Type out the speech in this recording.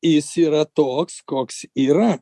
jis yra toks koks yra